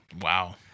Wow